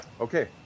okay